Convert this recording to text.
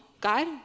God